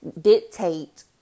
dictate